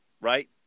right